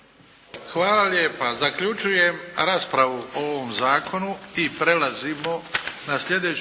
Hvala lijepa. Zaključujem raspravu o ovom zakonu **Šeks, Vladimir